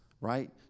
Right